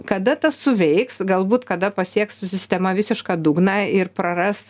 kada tas suveiks galbūt kada pasieks sistema visišką dugną ir praras